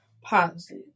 positive